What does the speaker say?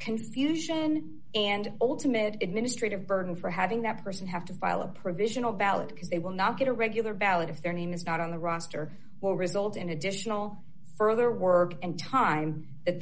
confusion and ultimate administrative burden for having that person have to file a provisional ballot because they will not get a regular ballot if their name is not on the roster will result in additional further work and time at